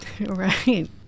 Right